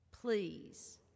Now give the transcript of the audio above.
Please